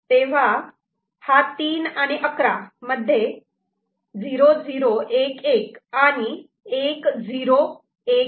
तेव्हा हा 3 आणि 11 मध्ये 0 0 1 1 आणि 1 0 1 1